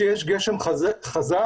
כשיש גשם חזק,